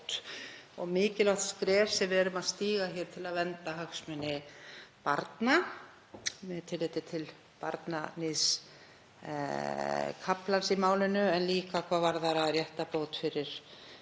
og mikilvægt skref sem við erum að stíga til að vernda hagsmuni barna með tilliti til barnaníðskaflans í málinu, en líka hvað varðar réttarbót fyrir hina